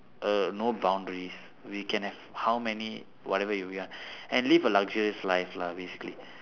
err no boundaries we can have how many whatever we want and live a luxurious life lah basically